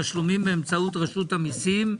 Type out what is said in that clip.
תשלומים באמצעות רשות המסים,